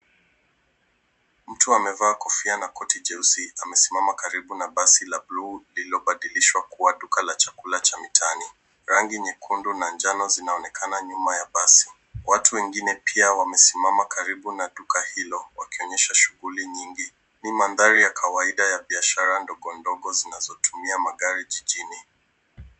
Mtu amevaa kofia na koti jeusi amesimama karibu na basi la bluu lililobadilishwa kuwa duka la chakula cha mitaani. Rangi nyekundu na njano zinaonekana nyuma ya basi. Watu wengine pia wamesimama karibu na duka hilo wakionyesha shughuli nyingi. Ni mandhari ya kawaida ya biashara ndogo ndogo zinazotumia magari jijini.